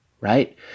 right